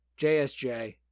JSJ